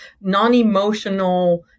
non-emotional